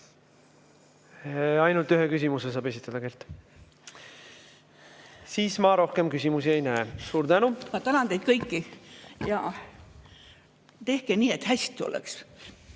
Ainult ühe küsimuse saab esitada, Kert. Ma rohkem küsimusi ei näe. Suur tänu! Ma tänan teid kõiki! Tehke nii, et hästi oleks.